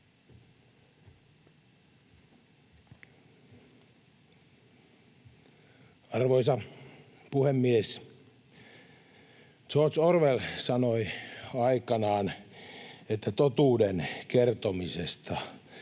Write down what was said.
Arvoisa puhemies! George Orwell sanoi aikanaan, että totuuden kertomisesta